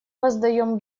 воздаем